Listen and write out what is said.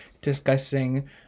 discussing